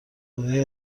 خدایا